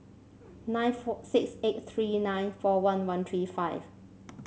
nine four six eight three nine four one one three five